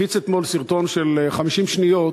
הפיץ אתמול סרטון של 50 שניות